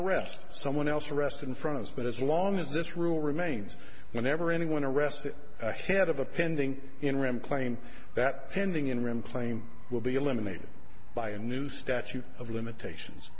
arrest someone else arrested in front of us but as long as this rule remains whenever anyone arrested ahead of a pending in ram claim that pending interim claim will be eliminated by a new statute of limitations